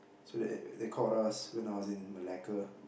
so they they called us when I was in Malacca